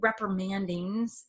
reprimandings